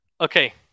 Okay